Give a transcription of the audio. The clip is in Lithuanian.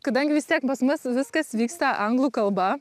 kadangi vis tiek pas mus viskas vyksta anglų kalba